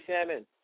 Salmon